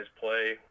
play